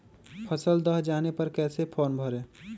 फसल दह जाने पर कैसे फॉर्म भरे?